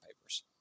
papers